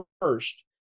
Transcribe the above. first